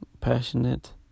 passionate